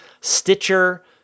Stitcher